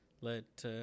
let